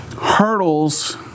hurdles